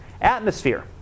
atmosphere